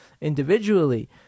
Individually